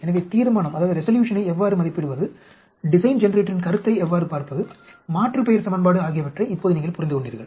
எனவே தீர்மானத்தை எவ்வாறு மதிப்பிடுவது டிசைன் ஜெனரேட்டரின் கருத்தை எவ்வாறு பார்ப்பது மாற்றுப்பெயர் சமன்பாடு ஆகியவற்றை இப்போது நீங்கள் புரிந்து கொண்டீர்கள்